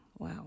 Wow